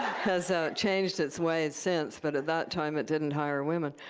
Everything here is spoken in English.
has changed its ways since. but at that time, it didn't hire women.